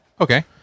Okay